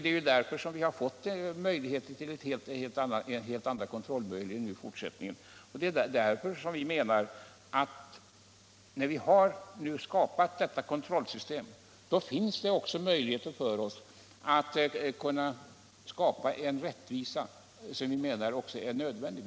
Det finns alltså helt andra kontrollmöjligheter i fortsättningen, och vi menar att när vi har infört detta kontrollsystem är det också möjligt för oss att skapa en rättvisa som vi anser vara nödvändig.